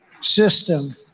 system